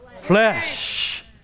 flesh